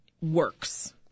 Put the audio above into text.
works